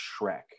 shrek